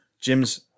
Jim's